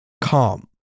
calm